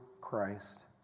Christ